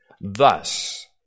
Thus